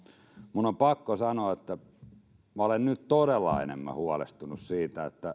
minun on pakko sanoa että minä olen nyt todella enemmän huolestunut siitä